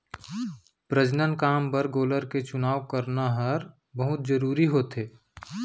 प्रजनन काम बर गोलर के चुनाव करना हर बहुत जरूरी होथे